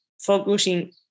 focusing